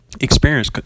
experience